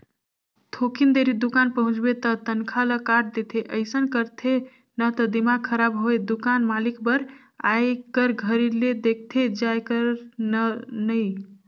थोकिन देरी दुकान पहुंचबे त तनखा ल काट देथे अइसन करथे न त दिमाक खराब होय दुकान मालिक बर आए कर घरी ले देखथे जाये कर ल नइ